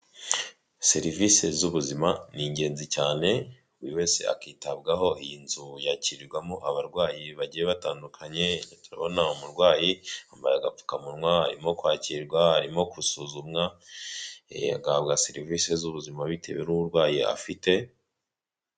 Serivisi z'ubuzima ni ingenzi cyane, buri wese akitabwaho iyi nzu yakirirwamo abarwayi bagiye batandukanye turabona umurwayi yambaye agapfukamunwa arimo kwakirwa arimo gusuzumwa agahabwa serivisi z'ubuzima bitewe n'uburwayi afite.